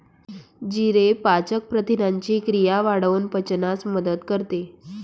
जिरे पाचक प्रथिनांची क्रिया वाढवून पचनास मदत करते